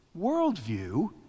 worldview